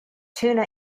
tuna